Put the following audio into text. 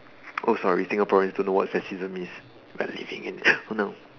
oh sorry Singaporeans don't know what fascism is we're living in oh no